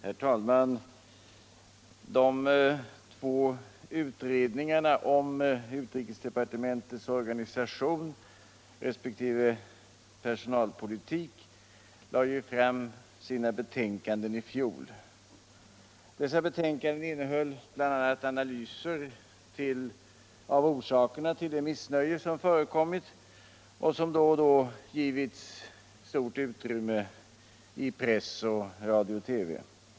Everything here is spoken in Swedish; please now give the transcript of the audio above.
Herr talman! De två utredningarna om utrikesdepartementets organisation resp. personalpolitik lade fram sina betänkanden i fjol. Dessa betänkanden innehöll bl.a. analyser av orsakerna till det missnöje som förekommit och som då och då getts stort utrymme i press, radio och TV.